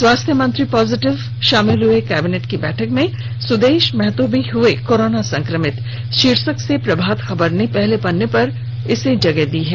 स्वास्थ्य मंत्री पॉजिटिव शामिल हुए कैबिनेट की बैठक में सुदेश महतो भी हुए कोरोना संक्रमित शीर्षक से प्रभात खबर ने पहले पन्ने पर खबर प्रकाशित किया है